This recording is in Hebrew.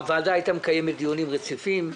הוועדה הייתה מקיימת דיונים רציפים,